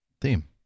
theme